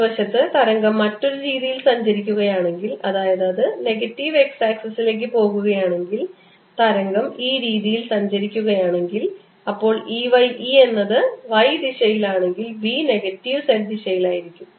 മറുവശത്ത് തരംഗം മറ്റൊരു രീതിയിൽ സഞ്ചരിക്കുകയാണെങ്കിൽ അതായത് അത് നെഗറ്റീവ് x ആക്സിസിലേക്ക് പോകുകയാണെങ്കിൽ തരംഗം ഈ രീതിയിൽ സഞ്ചരിക്കുകയാണെങ്കിൽ അപ്പോൾ E y E എന്നത് y ദിശയിലാണെങ്കിൽ B നെഗറ്റീവ് z ദിശയിലായിരിക്കും